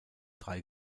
drei